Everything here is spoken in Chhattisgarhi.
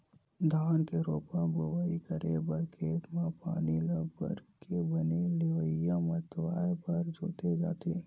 धान के रोपा बोवई करे बर खेत म पानी ल भरके बने लेइय मतवाए बर जोते जाथे